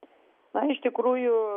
na iš tikrųjų